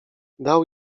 dał